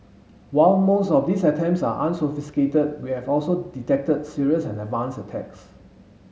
while most of these attempts are unsophisticated we have also detected serious and advance attacks